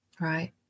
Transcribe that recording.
Right